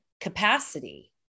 capacity